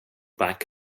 back